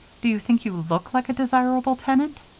do you think you look like a desirable tenant?